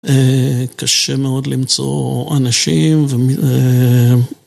קשה מאוד למצוא אנשים ומי...